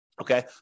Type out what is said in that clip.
okay